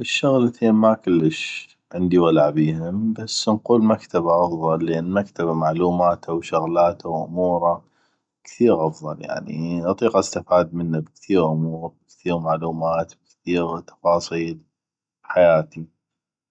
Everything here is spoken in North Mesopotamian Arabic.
الشغلتين ما كلش عندي ولع بيهم بس نقول المكتبة افضل لان مكتبه معلوماته وشغلاته واموره كثيغ افضل يعني اطيق استفاد منه بكثيغ امور كثيغ معلومات كثيغ تفاصيل بحياتي